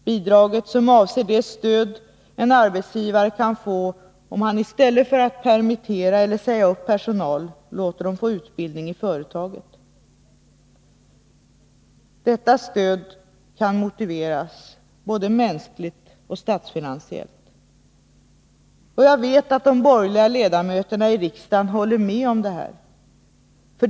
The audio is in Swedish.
Bidraget avser det stöd en arbetsgivare kan få, om han i stället för att permittera eller säga upp personal låter den få utbildning i företaget. Detta stöd kan motiveras både mänskligt och statsfinansiellt. Jag vet att de borgerliga ledamöterna i riksdagen håller med om detta.